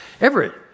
Everett